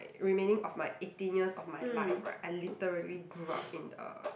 remaining of my eighteen years of my life right I literally grew up in uh